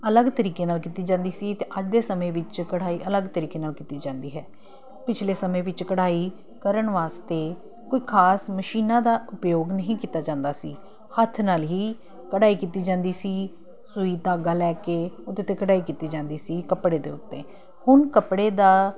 ਅਲਗ ਤਰੀਕੇ ਨਾਲ ਕੀਤੀ ਜਾਂਦੀ ਸੀ ਅਤੇ ਅੱਜ ਦੇ ਸਮੇਂ ਵਿੱਚ ਕਢਾਈ ਅਲੱਗ ਤਰੀਕੇ ਨਾਲ ਕੀਤੀ ਜਾਂਦੀ ਹੈ ਪਿਛਲੇ ਸਮੇਂ ਵਿੱਚ ਕਢਾਈ ਕਰਨ ਵਾਸਤੇ ਕੋਈ ਖਾਸ ਮਸ਼ੀਨਾਂ ਦਾ ਉਪਯੋਗ ਨਹੀਂ ਕੀਤਾ ਜਾਂਦਾ ਸੀ ਹੱਥ ਨਾਲ ਹੀ ਕਢਾਈ ਕੀਤੀ ਜਾਂਦੀ ਸੀ ਸੂਈ ਧਾਗਾ ਲੈ ਕੇ ਉਹਦੇ ਤੇ ਕਢਾਈ ਕੀਤੀ ਜਾਂਦੀ ਸੀ ਕੱਪੜੇ ਦੇ ਉੱਤੇ ਹੁਣ ਕੱਪੜੇ ਦਾ